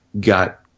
got